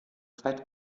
zeit